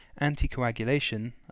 anticoagulation